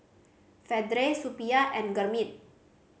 Vedre Suppiah and Gurmeet